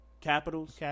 capitals